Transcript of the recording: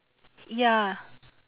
ya